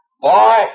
Boy